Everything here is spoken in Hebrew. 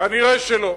כנראה לא.